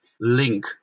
link